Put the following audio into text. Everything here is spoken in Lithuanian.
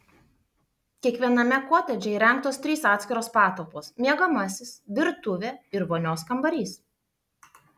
kiekviename kotedže įrengtos trys atskiros patalpos miegamasis virtuvė ir vonios kambarys